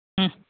ಹ್ಞೂ